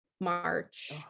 march